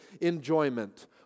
enjoyment